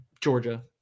Georgia